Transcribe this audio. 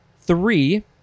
Three